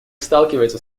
сталкивается